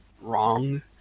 wrong